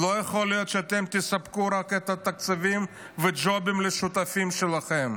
לא יכול להיות שאתם תספקו רק את התקציבים והג'ובים לשותפים שלכם.